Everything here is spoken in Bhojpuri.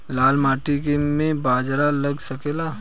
लाल माटी मे बाजरा लग सकेला?